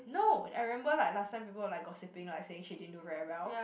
no I remember like last time people were like gossiping like saying she didn't do very well